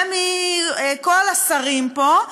ומכל השרים פה,